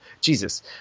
Jesus